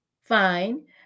fine